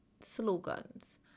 slogans